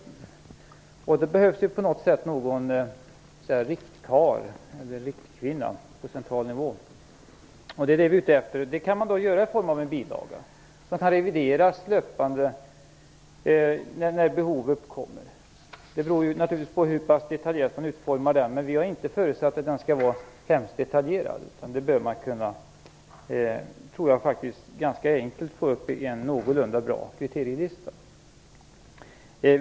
Vi menar att det behövs ett slags riktningsgivare på central nivå. En sådan kan utformas som en bilaga, som löpande kan revideras när behov uppkommer. Vi har inte förutsatt att bilagan skall vara mycket detaljerad. Man skulle ganska enkelt kunna få till stånd en någorlunda bra kriterielista.